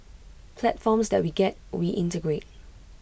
platforms that we get we integrate